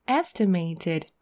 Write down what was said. estimated